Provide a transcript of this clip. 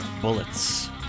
Bullets